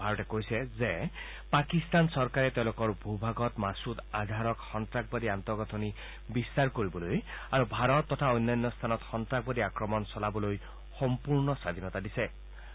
ভাৰতে কৈছে যে পাকিস্তান চৰকাৰে তেওঁলোকৰ ভূ ভাগত মাসুদ আজহৰক সন্তাসবাদীৰ আন্তঃগাঁঠনি বিস্তাৰ কৰিবলৈ আৰু ভাৰত তথা অন্যান্য স্থানত সন্তাসবাদী আক্ৰমণ কৰিবলৈ সম্পূৰ্ণ স্বাধীনতা দি ৰাখিছে